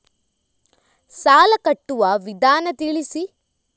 ಸಾಲ ಕಟ್ಟುವ ವಿಧಾನ ತಿಳಿಸಿ?